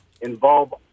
Involve